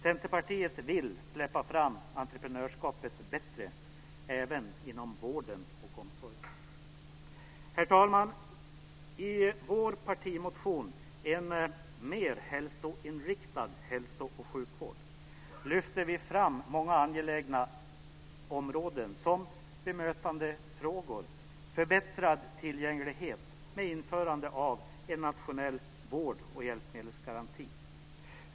Centerpartiet vill släppa fram entreprenörskapet bättre, även inom vården och omsorgen. Herr talman! I vår partimotion En mer hälsoinriktad hälso och sjukvård lyfter vi fram många angelägna områden, som bemötandefrågor och en förbättrad tillgänglighet med införande av en nationell vård och hjälpmedelsgaranti.